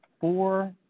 four